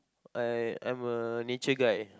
I I'm a nature guy